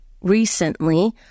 recently